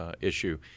Issue